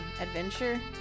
adventure